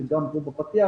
וגם פה בפתיח,